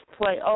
play